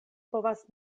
povas